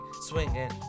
swinging